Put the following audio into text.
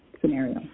scenario